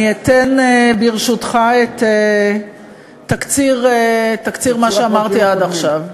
אני אתן, ברשותך, את תקציר מה שאמרתי עד עכשיו.